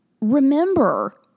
remember